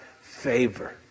favor